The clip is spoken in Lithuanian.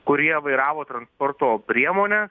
kurie vairavo transporto priemonę